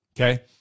Okay